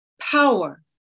power